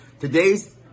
today's